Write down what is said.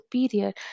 superior